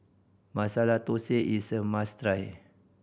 Masala Thosai is a must try